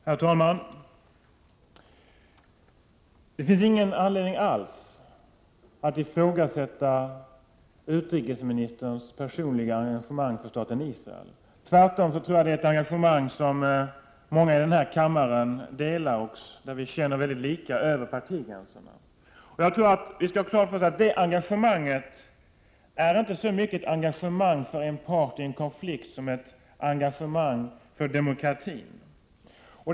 Herr talman! Det finns alls ingen anledning att ifrågasätta utrikesministerns personliga engagemang för staten Israel. Jag tror också att det är många i denna kammare som har samma engagemang; vi känner i det avseendet ganska lika över partigränserna. Men vi skall ha klart för oss att detta inte så Prot. 1987/88:65 mycket är ett engagemang för en part i en konflikt som ett engagemang för 9 februari 1988 demokratin.